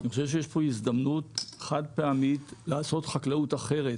אני חושב שיש פה הזדמנות חד פעמית לעשות חקלאות אחרת,